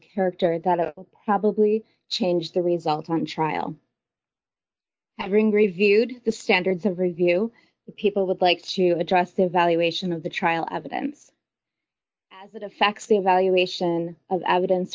character that probably changed the result on trial having great viewed the standards of review people would like to address evaluation of the trial evidence as it effects the evaluation of evidence